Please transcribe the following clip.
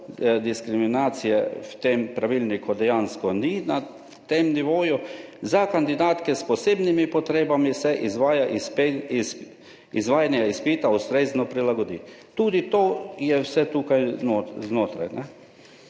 diskriminacije v tem pravilniku dejansko ni, na tem nivoju, »za kandidatke s posebnimi potrebami se izvajanja izpita ustrezno prilagodi«. Tudi to je vse tukaj znotraj.